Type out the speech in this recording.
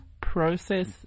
process